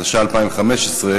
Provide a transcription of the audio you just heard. התשע"ה 2015,